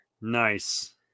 Nice